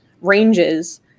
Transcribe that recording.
ranges